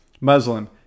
Muslim